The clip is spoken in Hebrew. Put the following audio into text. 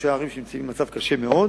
מראשי ערים שנמצאים במצב קשה מאוד,